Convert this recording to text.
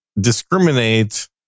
discriminate